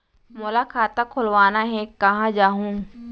मोला खाता खोलवाना हे, कहाँ जाहूँ?